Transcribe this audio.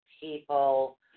people